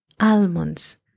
almonds